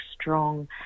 strong